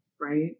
Right